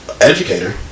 educator